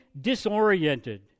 disoriented